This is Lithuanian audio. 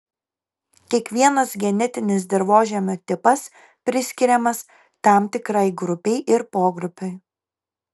kiekvienas genetinis dirvožemio tipas priskiriamas tam tikrai grupei ir pogrupiui